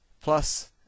plus